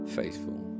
faithful